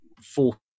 four